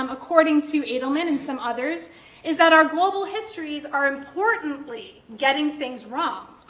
um according to adelman and some others is that our global histories are importantly getting things wrong.